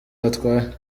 batwaye